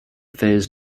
phase